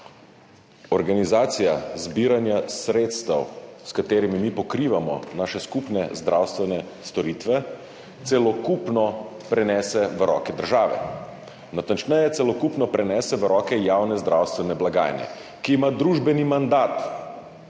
organizacija zbiranja sredstev, s katerimi mi pokrivamo naše skupne zdravstvene storitve, celokupno prenese v roke države. Natančneje: celokupno prenese v roke javne zdravstvene blagajne, ki ima družbeni mandat